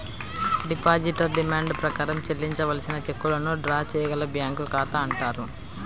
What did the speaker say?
depositor demand ప్రకారం చెల్లించవలసిన చెక్కులను డ్రా చేయగల బ్యాంకు ఖాతా అంటారు